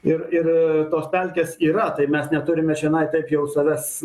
ir ir tos pelkės yra tai mes neturime čionai taip jau savęs